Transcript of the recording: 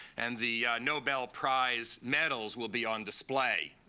and the nobel prize medals will be on display.